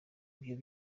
ibyo